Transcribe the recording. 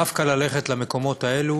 דווקא ללכת למקומות האלה